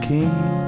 King